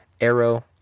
arrow